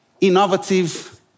innovative